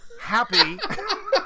happy